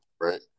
right